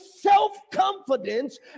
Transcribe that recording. self-confidence